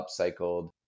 upcycled